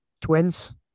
Twins